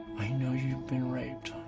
i know you've been raped,